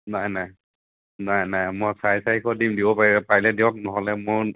নাই নাই নাই নাই মই চাৰে চাৰিশ দিম দিব পাৰিলে পাৰিলে দিয়ক নহ'লে মোৰ